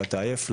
כשאתה עייף,